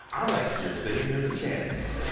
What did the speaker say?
i'm like you're saying there's a chance.